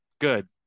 good